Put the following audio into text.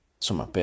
insomma